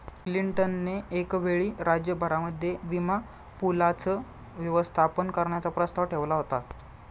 Clinton ने एक वेळी राज्य भरामध्ये विमा पूलाचं व्यवस्थापन करण्याचा प्रस्ताव ठेवला होता